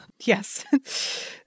Yes